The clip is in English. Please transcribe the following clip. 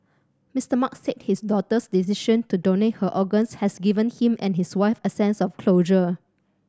Mister Mark said his daughter's decision to donate her organs has given him and his wife a sense of closure